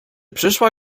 przyszła